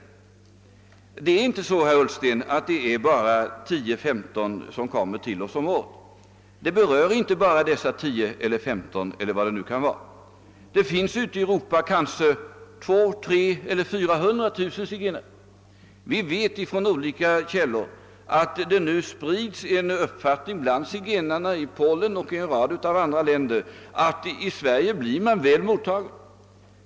Det är inte så, herr Ullsten, att det gäller bara 10—1535 zigenare som kommer till oss om året, utan det gäller ett större antal. Det finns ute i Europa kanske 200 000—300 000 eller 400 000 zigenare. Vi vet från olika källor att det nu spritts en uppfattning bland zigenarna i Polen och en rad andra länder att i Sverige blir man väl mottagen.